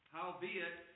Howbeit